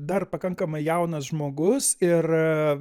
dar pakankamai jaunas žmogus ir